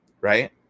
right